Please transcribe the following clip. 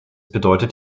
bedeutet